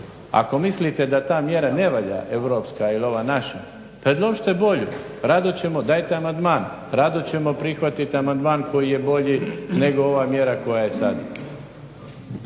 Ako mislite da ta mjera ne volja europska ili ova naša, predložite bolju, rado ćemo, dajte amandman, rado ćemo prihvatiti amandman koji je bolji nego ova mjera koja je sada.